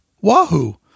Wahoo